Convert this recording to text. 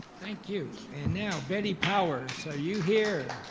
thank you, and now, betty powers are you here?